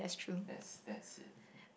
that's that's it